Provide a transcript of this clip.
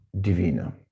Divina